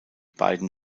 beiden